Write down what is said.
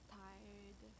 tired